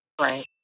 Right